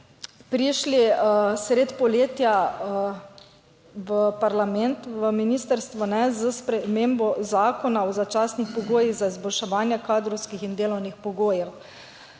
prišli sredi poletja v parlament ministrstvo s spremembo zakona o začasnih pogojih za izboljševanje kadrovskih in delovnih pogojev